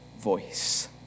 voice